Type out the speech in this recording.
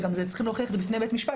וגם צריכים להוכיח בפני בית משפט,